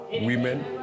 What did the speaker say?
women